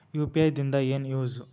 UPI ದಿಂದ ಏನು use?